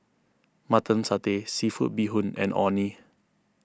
Mutton Satay Seafood Bee Hoon and Orh Nee